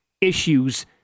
issues